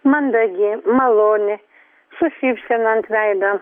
mandagi maloni su šypsena ant veido